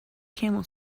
camel